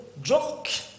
drunk